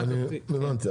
הבנתי.